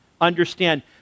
understand